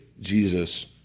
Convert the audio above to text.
Jesus